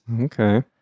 okay